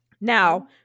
now